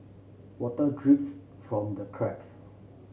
water drips from the cracks